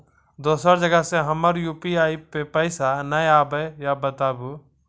दोसर जगह से हमर यु.पी.आई पे पैसा नैय आबे या बताबू?